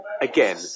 again